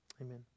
amen